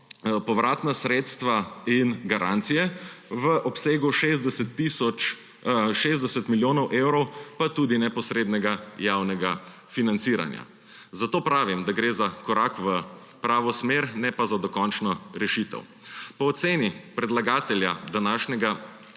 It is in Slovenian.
povratna sredstva in garancije, v obsegu 60 milijonov evrov pa tudi neposrednega javnega financiranja. Zato pravim, da gre za korak v pravo smer, ne pa za dokončno rešitev. Po oceni predlagatelja današnjega